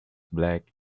black